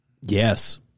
Yes